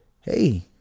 hey